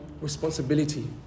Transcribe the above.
responsibility